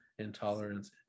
intolerance